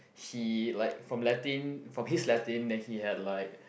he like from Latin for peace Latin then he had like